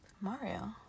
Mario